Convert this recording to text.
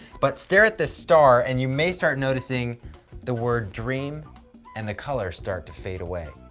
but stare at the star and you may start noticing the word dream and the colors start to fade away,